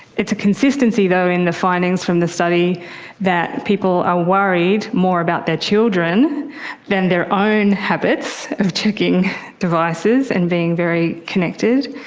it's a consistency though in the findings from the study that people are worried more about their children than their own habits of checking devices and being very connected.